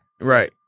Right